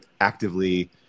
actively